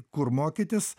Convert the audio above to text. kur mokytis